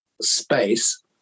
space